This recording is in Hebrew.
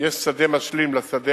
יש לשדה המרכזי